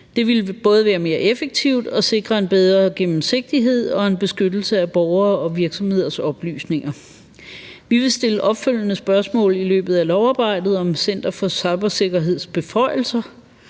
Det ville både være mere effektivt og sikre en bedre gennemsigtighed og en beskyttelse af borgere og virksomheders oplysninger. Vi vil stille opfølgende spørgsmål i løbet af lovarbejdet om Center for Cybersikkerheds beføjelser